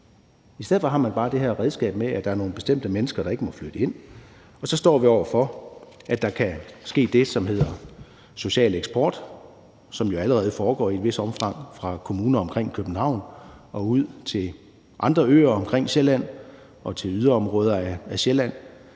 I stedet for har man bare det her redskab med, at der er nogle bestemte mennesker, der ikke må flytte ind. Og så står vi over for, at der kan ske det, som hedder social eksport, som jo allerede foregår i et vist omfang fra kommuner omkring København og ud til andre øer omkring Sjælland og til yderområder af Sjælland,